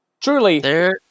Truly